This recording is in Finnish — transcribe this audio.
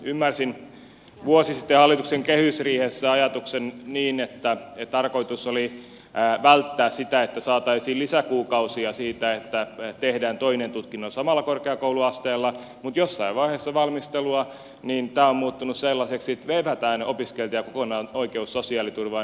ymmärsin vuosi sitten hallituksen kehysriihessä ajatuksen niin että tarkoitus oli välttää sitä että saataisiin lisäkuukausia siitä että tehdään toinen tutkinto samalla korkeakouluasteella mutta jossain vaiheessa valmistelua tämä on muuttunut sellaiseksi että evätään opiskelijoilta kokonaan oikeus sosiaaliturvaan